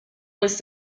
was